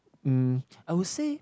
um I will say